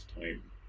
time